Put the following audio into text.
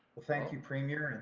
well, thank you, premier.